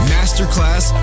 Masterclass